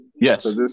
Yes